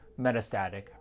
metastatic